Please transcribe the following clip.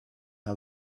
how